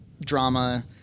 drama